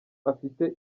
afite